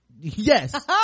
yes